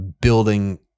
building